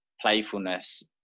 playfulness